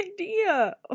idea